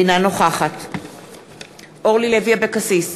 אינה נוכחת אורלי לוי אבקסיס,